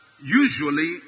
usually